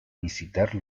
visitar